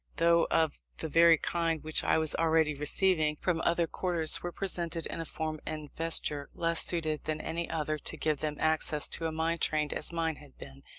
though of the very kind which i was already receiving from other quarters, were presented in a form and vesture less suited than any other to give them access to a mind trained as mine had been.